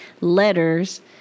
Letters